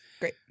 Great